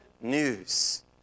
news